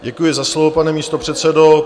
Děkuji za slovo, pane místopředsedo.